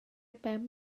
ben